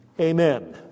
Amen